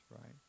right